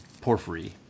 Porphyry